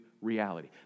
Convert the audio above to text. reality